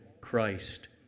Christ